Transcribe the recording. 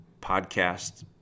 podcast